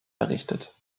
errichtet